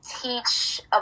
teach